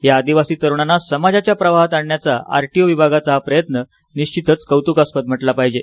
या आदिवासी तरुणांना समाजच्या प्रवाहात आणण्याचा आरटीओ विभागाचा हा प्रयत्न निश्वितच कौतुकास्पद म्हटला पाहिजे